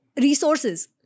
...resources